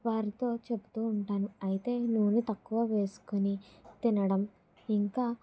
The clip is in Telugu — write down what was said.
వారితో చెప్తూ ఉంటాను అయితే నూనె తక్కువ వేసుకొని తినడం ఇంకా